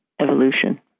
evolution